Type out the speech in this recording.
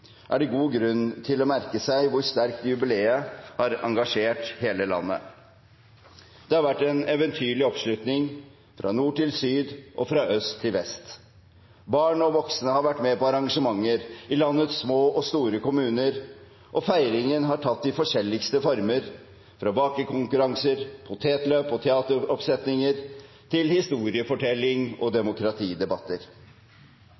er det god grunn til å merke seg hvor sterkt jubileet har engasjert hele landet. Det har vært en eventyrlig oppslutning – fra nord til syd og fra øst til vest. Barn og voksne har vært med på arrangementer i landets små og store kommuner, og feiringen har tatt de forskjelligste former, fra bakekonkurranser, potetløp og teateroppsetninger til historiefortelling og